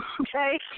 Okay